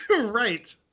Right